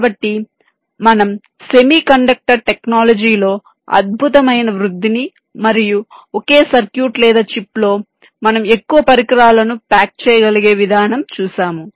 కాబట్టి మనం semiconductor టెక్నాలజీలో అద్భుతమైన వృద్ధిని మరియు ఒకే సర్క్యూట్ లేదా చిప్లో మనం ఎక్కువ పరికరాలను ప్యాక్ చేయగలిగే విధానం చూసాము